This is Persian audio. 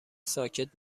ساکت